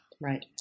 right